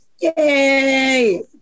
Yay